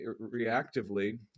reactively